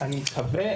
אני מקווה,